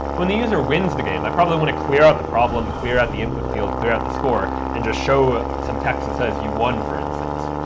when the user wins the game, i probably want to clear out the problem, clear out the input field, clear out the score and just show some text that says you won, for instance,